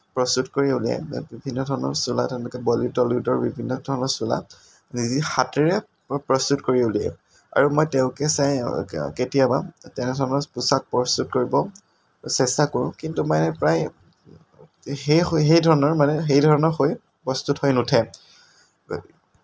প্ৰস্তুত কৰি উলিয়ায় বিভিন্ন ধৰণৰ চোলা তেনেকৈ বলীউড টলীউডৰ বিভিন্ন ধৰণৰ চোলা নিজে হাতেৰে প্ৰস্তুত কৰি উলিয়ায় আৰু মই তেওঁকে চাই কেতিয়াবা তেনেধৰণৰ পোচাক প্ৰস্তুত কৰিব চেষ্টা কৰোঁ কিন্তু মানে প্ৰায় সেই ধৰণৰ মানে সেই ধৰণৰ হৈ প্ৰস্তুত হৈ নুঠে